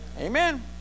Amen